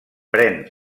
pren